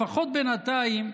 לפחות בינתיים,